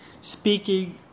speaking